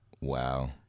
Wow